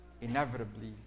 inevitably